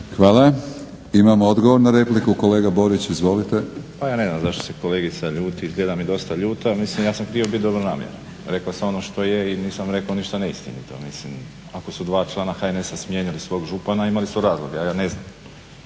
Hvala. Imamo odgovor na repliku. Kolega Borić, izvolite. **Borić, Josip (HDZ)** Pa ja ne znam zašto se kolegica ljuti, izgleda mi dosta ljuta. Mislim, ja sam htio biti dobronamjeran. Rekao sam ono što je i nisam rekao ništa neistinito. Mislim, ako su dva člana HNS-a smijenili svog župana imali su razloga. Ja ne znam.